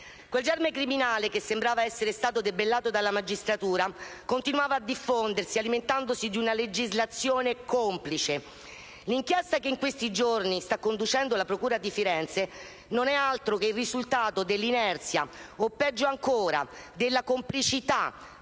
Quel germe criminale, che sembrava essere stato debellato dalla magistratura, continuava a diffondersi alimentandosi di una legislazione complice. L'inchiesta che in questi giorni sta conducendo la procura di Firenze non è altro che il risultato dell'inerzia o, peggio ancora, della complicità